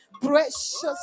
precious